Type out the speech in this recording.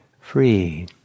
free